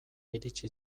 iritsi